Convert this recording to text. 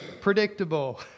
predictable